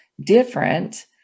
different